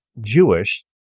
Jewish